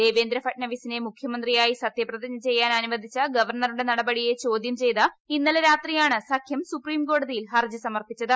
ദേവേന്ദ്ര ഫട്നാവിസിനെ മുഖ്യമന്ത്രിയായി സത്യപ്രതിജ്ഞ ചെയ്യാൻ അനുവദിച്ച ഗവർണറുടെ നടപടിയെ ചോദ്യംചെയ്ത് ജൂന്നലെ രാത്രിയാണ് സഖ്യം സുപ്രീംകോടതിയിൽ ഹർജി സമർപ്പിച്ചത്